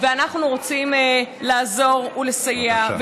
ואנחנו רוצים לעזור ולסייע,